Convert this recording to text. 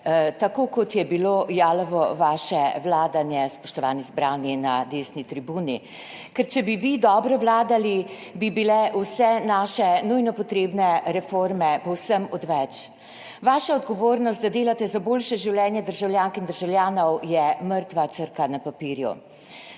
Tako kot je bilo jalovo vaše vladanje, spoštovani zbrani na desni tribuni. Ker, če bi vi dobro vladali, bi bile vse naše nujno potrebne reforme povsem odveč. Vaša odgovornost, da delate za boljše življenje državljank in državljanov, je mrtva črka na papirju.